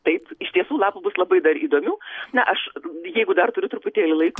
taip iš tiesų lapų bus labai dar įdomių na aš jeigu dar turiu truputėlį laiko